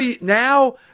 Now